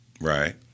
Right